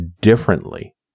differently